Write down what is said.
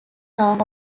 song